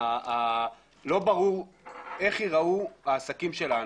לא ברור איך ייראו העסקים שלנו,